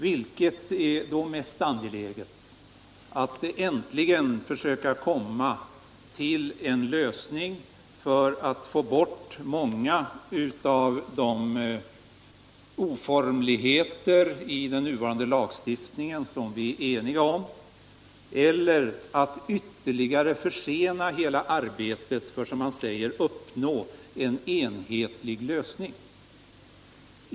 Vilket är då mest angeläget: att äntligen försöka komma till en lösning för att få bort många av de oformligheter som finns — det är vi eniga om — i den nuvarande lagstiftningen eller att ytterligare försena hela arbetet för att, som man säger, uppnå en enhetlig lösning?